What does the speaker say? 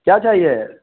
क्या चाहिए